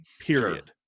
Period